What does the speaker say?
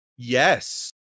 Yes